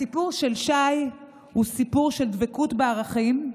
הסיפור של שי הוא סיפור של דבקות בערכים,